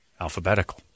Alphabetical